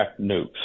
nukes